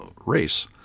race